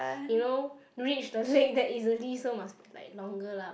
you know reach the leg that easily so must be like longer lah